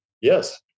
yes